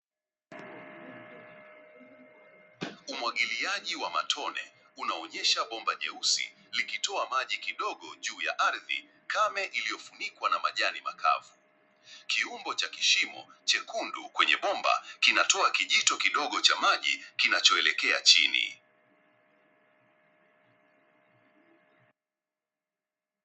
Umwagiliaji wa matone. Unaonyesha bomba jeusi likutoa maji kidogo juu ya ardhi kame iliyofunikwa na majani makavu. Kiumbo cha kishimo chekundu kwenye bomba kinatoa kijito kidogo cha maji kinachoelekea chini.